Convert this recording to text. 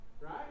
right